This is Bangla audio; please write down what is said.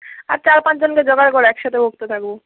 আর চার পাঁচ জনকে জোগাড় কর একসাথে ভোক্তা থাকব